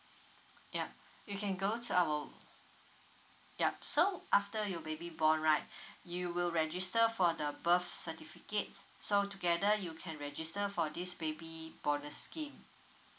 ya you can go to our yup so after you baby born right you will register for the birth certificates so together you can register for this baby bonus scheme